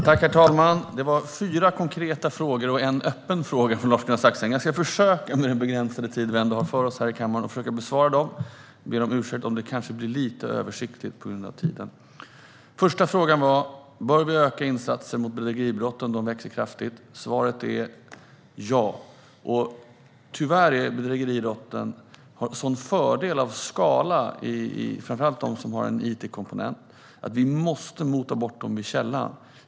Herr talman! Det var fyra konkreta frågor och en öppen fråga från Lars-Arne Staxäng. Jag ska trots den begränsade talartid vi har här i kammaren försöka besvara dem, och jag ber om ursäkt om det kanske blir lite översiktligt på grund av tidsbristen. Den första frågan var om vi bör öka insatserna mot bedrägeribrott om de växer kraftigt. Svaret är ja. Tyvärr har bedrägeribrotten, framför allt de som har en it-komponent, en sådan fördel när det gäller skala att vi måste mota bort dem vid källan.